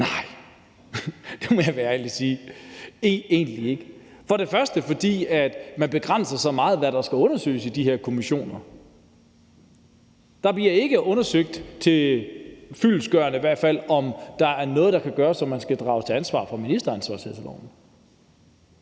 Jeg må være ærlig at sige: Nej, egentlig ikke. For det første fordi man begrænser så meget, hvad der skal undersøges i de her kommissioner. Det bliver i hvert fald ikke fyldestgørende undersøgt, om der er noget, der gør, at man kan stilles til ansvar efter ministeransvarlighedsloven.